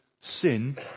sin